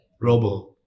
Robo